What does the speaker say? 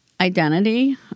identity